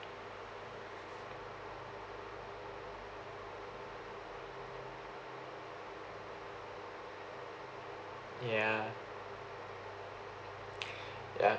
yeah ya